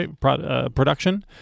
production